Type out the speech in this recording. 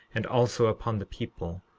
and also upon the people,